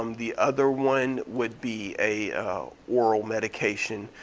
um the other one would be a oral medication.